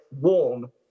warm